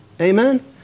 Amen